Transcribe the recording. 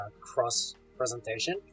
cross-presentation